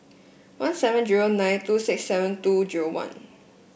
one seven zero nine two six seven two zero one